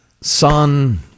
son